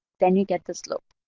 then you get the slope.